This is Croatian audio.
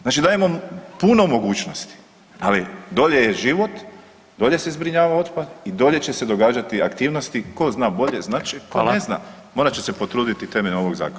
Znači dajemo puno mogućnosti, ali dolje je život, dolje se zbrinjava otpad i dolje će se događati aktivnosti ko zna bolje znat će ko ne zna morat će se potruditi temeljem ovog zakona.